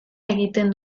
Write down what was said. egiten